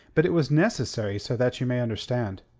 but it was necessary so that you may understand.